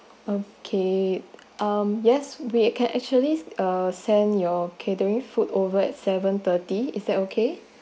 okay um yes we can actually uh send your catering food over at seven thirty is that okay